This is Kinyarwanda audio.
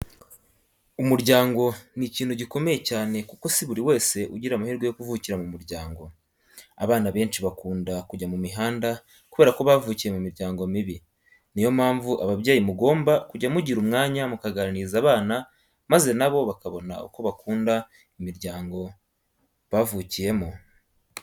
Umuryango ni ikintu gikomeye cyane kuko si buri wese ugira amahirwe yo kuvukira mu muryango. Abana benshi bakunda kujya mu mihanda kubera ko bavukiye mu miryango mibi, niyo mpamvu ababyeyi mugomba kujya mugira umwanya mukaganiriza abana maze na bo bakabona uko bakunda imiryango bavuriyemo.